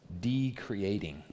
decreating